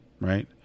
right